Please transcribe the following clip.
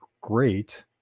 great